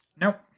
Nope